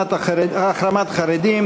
החרמת חרדים),